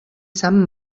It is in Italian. san